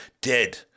dead